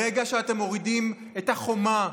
ברגע שאתם מורידים את החומה,